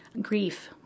grief